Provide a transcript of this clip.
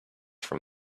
from